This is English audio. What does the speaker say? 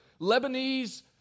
Lebanese